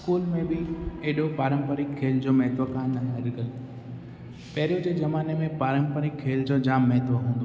school में बि एॾो पारम्परिकु खेल जो महत्व कान आहे अॼुकल्ह पहिरियों जे ज़माने में पारम्परिकु खेल जो जामु महत्व हूंदो